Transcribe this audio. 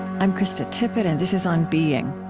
i'm krista tippett, and this is on being.